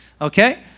okay